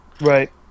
right